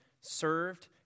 served